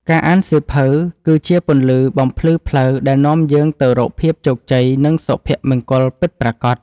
ការអានសៀវភៅ គឺជាពន្លឺបំភ្លឺផ្លូវដែលនាំយើងទៅរកភាពជោគជ័យ និងសុភមង្គលពិតប្រាកដ។